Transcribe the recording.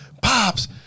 pops